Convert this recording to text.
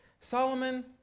Solomon